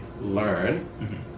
learn